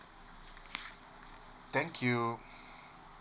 thank you